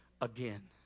again